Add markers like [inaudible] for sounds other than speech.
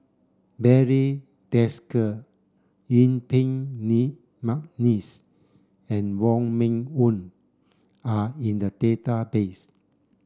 Barry Desker Yuen Peng [unintelligible] McNeice and Wong Meng Voon are in the database